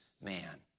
man